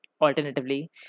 alternatively